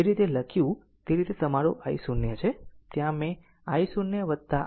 જે રીતે લખ્યું તે રીતે તમારું i0 છે